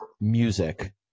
music